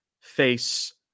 face